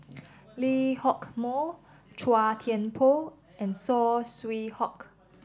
Lee Hock Moh Chua Thian Poh and Saw Swee Hock